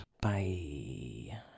bye